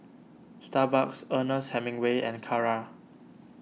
Starbucks Ernest Hemingway and Kara